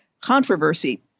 controversy